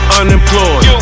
unemployed